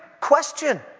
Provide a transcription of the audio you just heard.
question